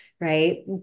right